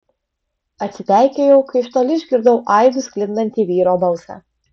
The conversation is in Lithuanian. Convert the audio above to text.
atsipeikėjau kai iš toli išgirdau aidu sklindantį vyro balsą